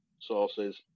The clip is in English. sources